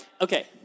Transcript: okay